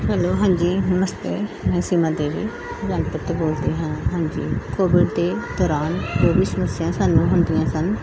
hello ਹਾਂਜੀ ਨਮਸਤੇ ਮੈਂ ਸੀਮਾ ਦੇਵੀ ਸੁਜਾਨਪੁਰ ਤੋਂ ਬੋਲਦੀ ਹਾਂ ਹਾਂਜੀ ਕੋਵਿਡ ਦੇ ਦੌਰਾਨ ਜੋ ਵੀ ਸਮੱਸਿਆਵਾਂ ਸਾਨੂੰ ਹੁੰਦੀਆਂ ਸਨ